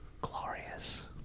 Glorious